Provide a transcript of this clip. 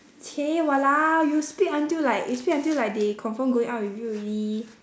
!chey! !walao! you speak until like you speak until like they confirm going out with you already